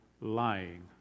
lying